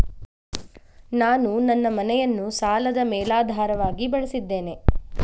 ನಾನು ನನ್ನ ಮನೆಯನ್ನು ಸಾಲದ ಮೇಲಾಧಾರವಾಗಿ ಬಳಸಿದ್ದೇನೆ